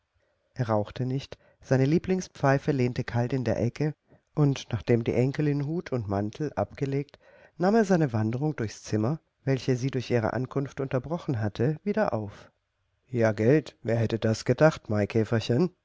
er rauchte nicht seine lieblingspfeife lehnte kalt in der ecke und nachdem die enkelin hut und mantel abgelegt nahm er seine wanderung durchs zimmer welche sie durch ihre ankunft unterbrochen hatte wieder auf ja gelt wer hätte das gedacht maikäferchen